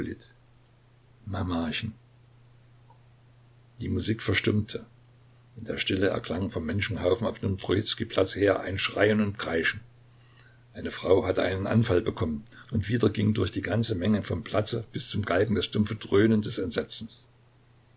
die musik verstummte in der stille erklang vom menschenhaufen auf dem trojizkij platze her ein schreien und kreischen eine frau hatte einen anfall bekommen und wieder ging durch die ganze menge vom platze bis zum galgen das dumpfe dröhnen des entsetzens